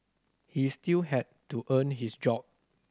he still had to earn his job